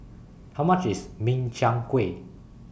How much IS Min Chiang Kueh